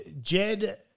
jed